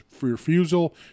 refusal